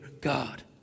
God